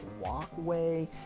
walkway